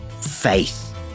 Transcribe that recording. faith